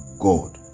God